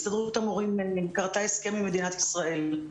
הסתדרות המורים כרתה הסכם עם מדינת ישראל.